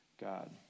God